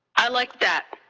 i liked that.